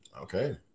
Okay